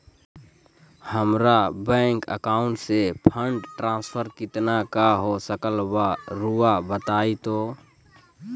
हमरा bank account से fund transfer कितना का हो सकल बा रुआ बताई तो?